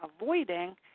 avoiding